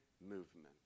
movement